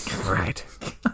Right